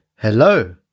Hello